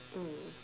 mm